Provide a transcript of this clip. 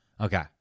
Okay